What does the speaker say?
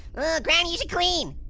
granny, you should clean!